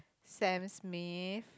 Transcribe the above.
Sam-Smith